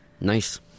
Nice